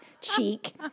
cheek